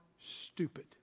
stupid